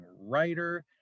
writer